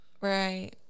right